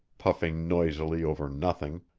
puffing noisily over nothing,